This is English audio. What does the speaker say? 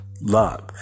love